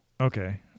okay